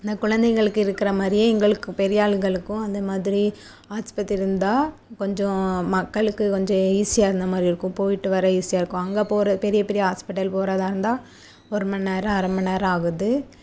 இந்த கொழந்தைகளுக்கு இருக்கிற மாதிரியே எங்களுக்கும் பெரியாளுங்களுக்கும் அந்த மாதிரி ஆஸ்பத்திரி இருந்தால் கொஞ்சம் மக்களுக்கு கொஞ்சம் ஈஸியாக இருந்த மாதிரி இருக்கும் போய்விட்டு வர ஈஸியாக இருக்கும் அங்கே போகிற பெரிய பெரிய ஹாஸ்பிட்டல் போகிறதா இருந்தால் ஒரு மணி நேரம் அரை மணி நேரம் ஆகுது